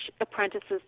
apprentices